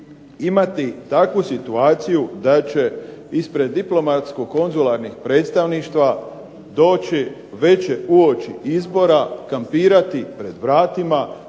imati takvu situaciju da će ispred diplomatsko konzularnih predstavništava doći već uoči izbora kampirati pred vratima